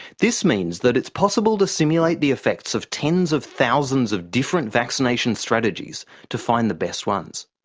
this means that it's possible to simulate the effects of tens of thousands of different vaccination strategies to find the best ones.